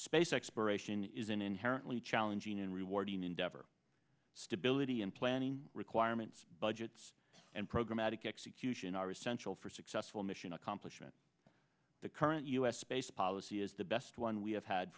space exploration is an inherently challenging and rewarding endeavor stability and planning requirements budgets and programatic execution are essential for successful mission accomplishment the current u s space policy is the best one we have had